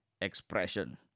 expression